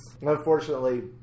Unfortunately